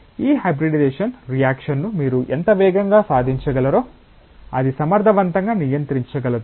ఈ hybridization reaction ను మీరు ఎంత వేగంగా సాధించగలరో అది సమర్థవంతంగా నియంత్రించగలదు